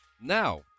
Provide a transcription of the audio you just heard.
Now